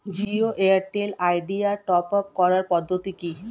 Jio Airtel Idea top up করার পদ্ধতি কি?